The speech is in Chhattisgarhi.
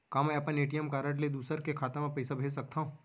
का मैं अपन ए.टी.एम कारड ले दूसर के खाता म पइसा भेज सकथव?